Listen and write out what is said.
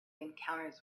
encounters